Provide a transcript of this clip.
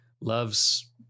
loves